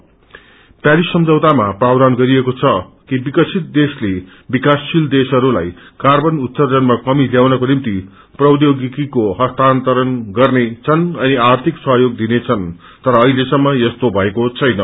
पस्रारिस सम्झौतामा प्रावधारन गरिएको छ कि विकसित देशले विकासशील देशहरूलाई कार्वन उर्त्सजनमा कमी ल्याउनको निम्ति प्रौध्योगिकीको हस्तारण गर्ने छन् अनि आध्रिक सहयोग दिन छन् तर अहिलेसम्म यस्तो भएको छैन